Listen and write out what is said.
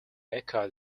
echo